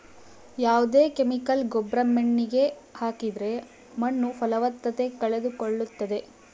ಯಾವ್ದೇ ಕೆಮಿಕಲ್ ಗೊಬ್ರ ಮಣ್ಣಿಗೆ ಹಾಕಿದ್ರೆ ಮಣ್ಣು ಫಲವತ್ತತೆ ಕಳೆದುಕೊಳ್ಳುತ್ತದೆ